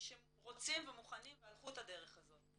שרוצים ומוכנים והלכו את הדרך הזאת.